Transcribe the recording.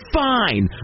fine